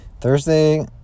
Thursday